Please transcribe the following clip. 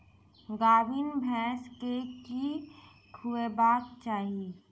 गाभीन भैंस केँ की खुएबाक चाहि?